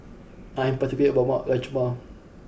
I am particular about my Rajma